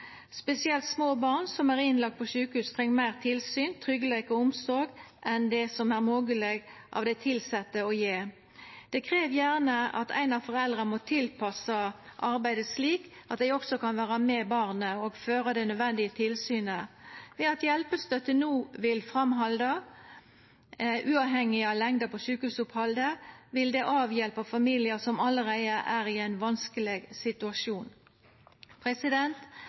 Spesielt små barn som er innlagde på sjukehus, treng meir tilsyn, tryggleik og omsorg enn det som er mogleg for dei tilsette å gje. Det krev gjerne at ein av foreldra må tilpassa arbeidet slik at dei også kan vera saman med barnet og føra det nødvendige tilsynet. At hjelpestønaden no vil halda fram uavhengig av lengda på sjukehusopphaldet, vil hjelpa familiar som allereie er i ein vanskeleg situasjon.